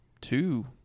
two